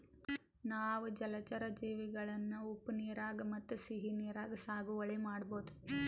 ನಾವ್ ಜಲಚರಾ ಜೀವಿಗಳನ್ನ ಉಪ್ಪ್ ನೀರಾಗ್ ಮತ್ತ್ ಸಿಹಿ ನೀರಾಗ್ ಸಾಗುವಳಿ ಮಾಡಬಹುದ್